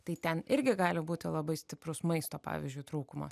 tai ten irgi gali būti labai stiprus maisto pavyzdžiui trūkuma